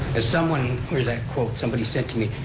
as someone, where's that quote, somebody said to me,